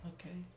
Okay